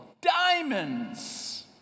diamonds